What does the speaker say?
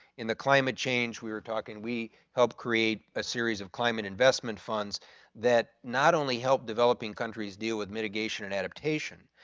in the climate change we we're talking, we helped create a series of climate investment funds that not only help developing countries deal with mitigation and adaptation.